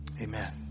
amen